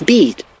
Beat